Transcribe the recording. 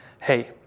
hey